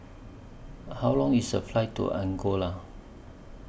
How Long IS The Flight to Angola